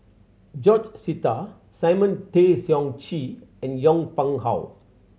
George Sita Simon Tay Seong Chee and Yong Pung How